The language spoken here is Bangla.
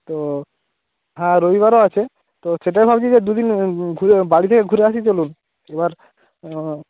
তো হ্যাঁ রবিবারও আছে তো সেটাই ভাবছি যে দু দিন ঘুরে বাড়ি থেকে ঘুরে আসি চলুন এবার ওহ